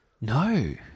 No